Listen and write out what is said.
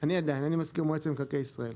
אני עדיין מזכיר מועצת מקרקעי ישראל.